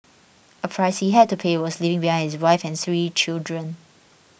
a price he had to pay was leaving behind his wife and three children